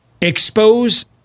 expose